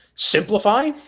simplify